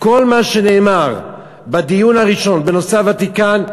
כל מה שנאמר בדיון הראשון בנושא הוותיקן,